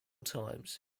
times